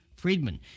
Friedman